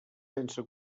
sense